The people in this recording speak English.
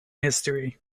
history